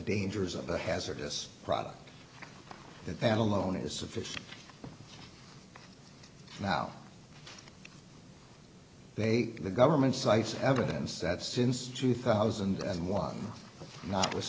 dangers of a hazardous product and that alone is sufficient now they the government cites evidence that since two thousand and one